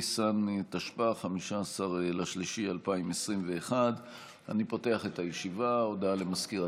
בניסן התשפ"א / 15 ו-17 במרץ 2021 / 23 חוברת כ"ג ישיבה קל"ז